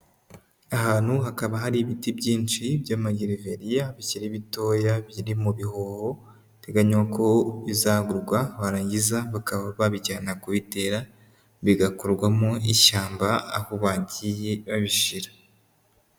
Ahantu hakaba hari ibiti byinshi by'amagereveriya bikiri bitoya biri mu bihoho, biteganywa ko bizagurwa barangiza bakaba babijyana kubitera, bigakorwamo ishyamba aho bagiye babishyira.